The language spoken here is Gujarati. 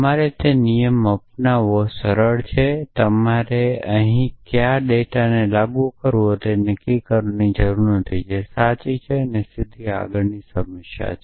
તમારે તે નિયમ અપનાવવો સરળ છે તમારે અહીં કયા ડેટાને લાગુ કરવો તે નક્કી કરવાની જરૂર છે જે સાચી છે તે સીધી આગળની સમસ્યા નથી